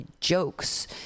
jokes